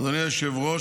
אדוני היושב-ראש.